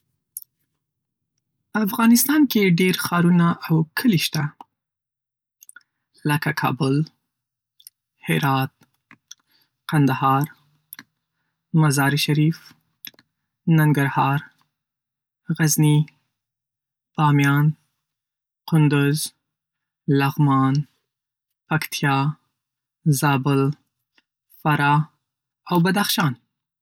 افغانستان کې ډېر ښارونه او کلی شته، لکه: کابل، هرات، کندهار، مزار شریف، ننګرهار، غزني، بامیان، کندز، لغمان، پکتیا، زابل، فراه او بدخشان.